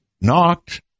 knocked